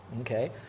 Okay